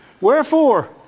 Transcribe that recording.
Wherefore